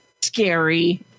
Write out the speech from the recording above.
scary